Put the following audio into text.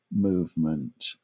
movement